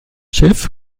schiff